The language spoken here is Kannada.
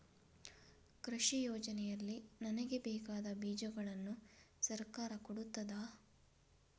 ಕೃಷಿ ಯೋಜನೆಯಲ್ಲಿ ನನಗೆ ಬೇಕಾದ ಬೀಜಗಳನ್ನು ಸರಕಾರ ಕೊಡುತ್ತದಾ?